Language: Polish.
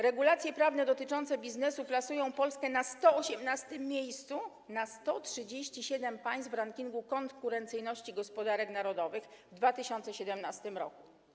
Regulacje prawne dotyczące biznesu plasują Polskę na 118. miejscu na 137 państw w rankingu konkurencyjności gospodarek narodowych w 2017 r.